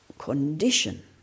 condition